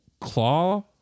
claw